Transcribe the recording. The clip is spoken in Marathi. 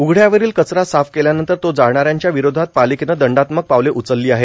उघड्यावरोल कचरा साफ केल्यानंतर तो जाळणाऱ्याच्या ावरोधात पार्ालकेन दंडात्मक पावले उचललो आहेत